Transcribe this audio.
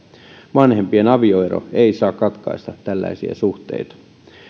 vanhempien avioero ei saa katkaista tällaisia suhteita